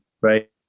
right